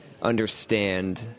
understand